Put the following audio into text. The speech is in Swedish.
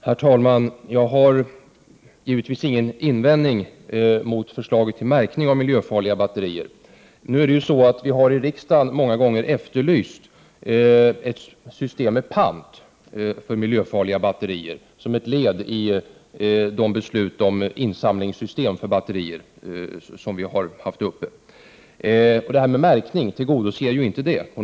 Prot. 1988/89:72 Herr talman! Jag har givetvis inte någon invändning mot förslaget till 23 februari 1989 märkning av miljöfarliga batterier. Riksdagen har ju många gånger efterlyst system för batterier. Beslutet om märkning tillgodoser ju inte detta.